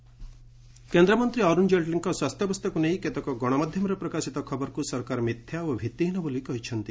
Jaitley health କେନ୍ଦ୍ରମନ୍ତ୍ରୀ ଅରୁଣ ଜେଟ୍ଲୀଙ୍କ ସ୍ୱାସ୍ଥ୍ୟାବସ୍ଥାକୁ ନେଇ କେତେକ ଗଣମାଧ୍ୟମରେ ପ୍ରକାଶିତ ଖବରକୁ ସରକାର ମିଥ୍ୟା ଓ ଭିଭିହୀନ ବୋଲି କହିଛନ୍ତି